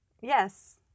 Yes